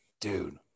Dude